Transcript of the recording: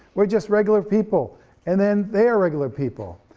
we're just regular people and then they are regular people,